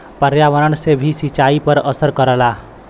पर्यावरण से भी सिंचाई पर असर करला